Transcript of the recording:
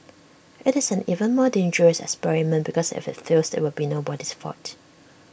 IT is an even more dangerous experiment because if IT fails IT will be nobody's fault